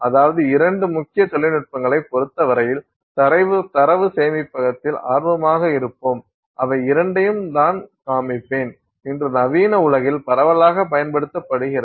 அதாவது இரண்டு முக்கிய தொழில்நுட்பங்களைப் பொறுத்தவரையில் தரவு சேமிப்பகத்தில் ஆர்வமாக இருப்போம் இவை இரண்டையும் நான் காண்பிப்பேன் இன்று நவீன உலகில் பரவலாகப் பயன்படுத்தப்படுகிறது